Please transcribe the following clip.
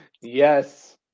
Yes